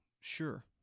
sure